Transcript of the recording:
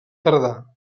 tardà